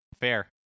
Fair